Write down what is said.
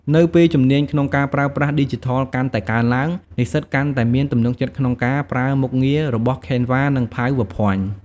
នៅពេលជំនាញក្នុងការប្រើប្រាស់ឌីជីថលកាន់តែកើនឡើង និស្សិតកាន់តែមានទំនុកចិត្តក្នុងការប្រើមុខងាររបស់ Canva និង PowerPoint ។